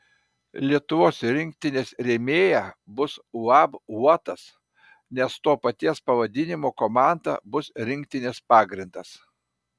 lietuvos rinktinės rėmėja bus uab uotas nes to paties pavadinimo komanda bus rinktinės pagrindas